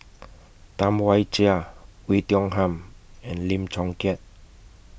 Tam Wai Jia Oei Tiong Ham and Lim Chong Keat